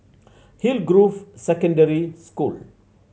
Hillgrove Secondary School